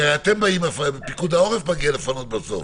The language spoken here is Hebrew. כי אתם באים לפנות ופיקוד העורף מגיע לפנות בסוף.